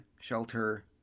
shelter